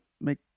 make